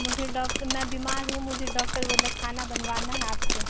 مجھے ڈاکٹر میں بیمار ہوں مجھے ڈاکٹر بولے کھانا بنوانا ہے آپ سے